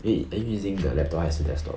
wait are you using the laptop 还是 desktop